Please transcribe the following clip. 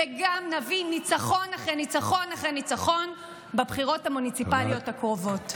וגם נביא ניצחון אחרי ניצחון אחרי ניצחון בבחירות המוניציפליות הקרובות.